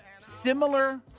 similar